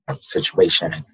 situation